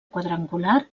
quadrangular